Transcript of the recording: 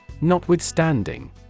Notwithstanding